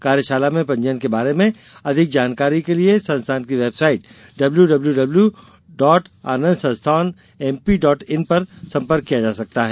कार्यशाला में पंजीयन के बारे में अधिक जानकारी के लिये संस्थान की वेबसाइट डब्ल्यूडब्ल्यूडब्ल्यू डॉट आनंदसंस्थानएमपी डॉट इन पर संपर्क किया जा सकता है